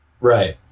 Right